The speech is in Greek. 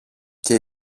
και